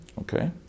Okay